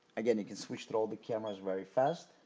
again you can switch to all the cameras very fast